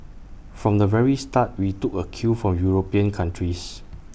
from the very start we took A cue from european countries